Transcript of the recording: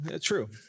True